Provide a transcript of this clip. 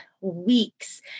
weeks